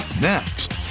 next